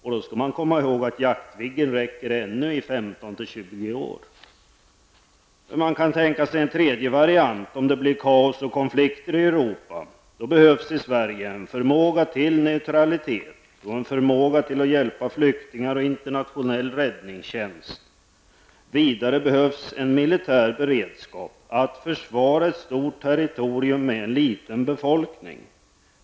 Vi skall komma ihåg att Jaktviggen räcker ännu i 15--20 år. Man kan också tänka sig en tredje utveckling, nämligen en utveckling mot kaos och konflikter i Europa. Då krävs att Sverige har förmåga att upprätthålla sin neutralitet och förmåga att hjälpa flyktingar och arbeta med internationell räddningstjänst. Vidare behövs en militär beredskap och förmåga att försvara ett stort territorium med en liten befolkning.